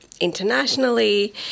internationally